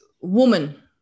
woman